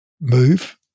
move